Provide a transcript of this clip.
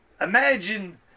Imagine